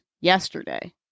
yesterday